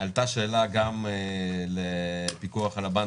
עלתה שאלה גם לפיקוח על הבנקים.